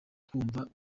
twumva